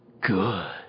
good